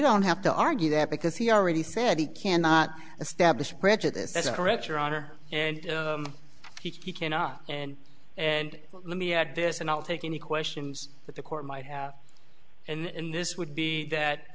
don't have to argue that because he already said he cannot establish prejudice as a direct your honor and he cannot and and let me add this and i'll take any questions that the court might have in this would be that